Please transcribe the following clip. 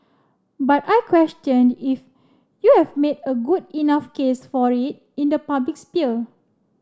but I question if you've made a good enough case for it in the public sphere